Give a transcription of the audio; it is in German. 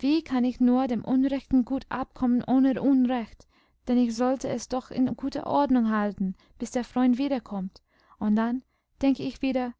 wie kann ich nur dem unrechten gut abkommen ohne unrecht denn ich sollte es doch in guter ordnung halten bis der freund wiederkommt und dann denk ich wieder